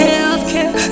Healthcare